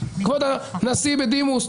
כבוד הנשיא בדימוס,